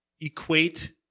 equate